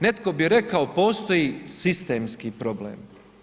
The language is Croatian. Netko bi rekao, postoji sistemski problem.